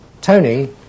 Tony